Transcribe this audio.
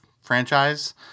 franchise